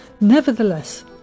Nevertheless